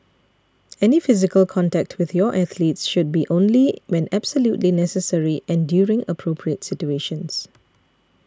any physical contact with your athletes should be only when absolutely necessary and during appropriate situations